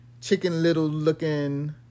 chicken-little-looking